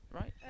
right